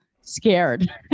scared